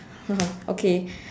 okay